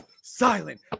silent